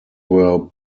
were